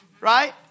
right